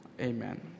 Amen